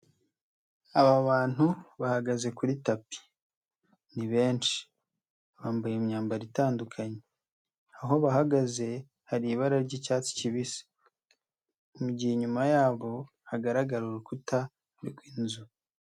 Aba bantu bahagaze kuri tapi ni benshi bambaye imyambaro itandukanye, aho bahagaze hari ibara ry'icyatsi kibisi, mu gihe inyuma y'aho hagaragara urukuta rw'inzu.